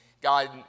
God